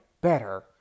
better